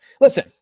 Listen